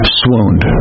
swooned